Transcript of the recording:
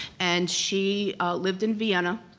and she lived in vienna,